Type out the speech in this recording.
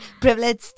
privilege